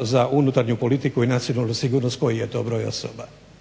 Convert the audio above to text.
za unutarnju politiku i nacionalnu sigurnost koji je to broj osoba.